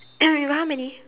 you got how many